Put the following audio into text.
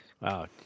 wow